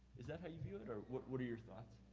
is that how you view it, or what what are your thoughts?